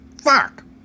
Fuck